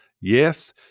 Yes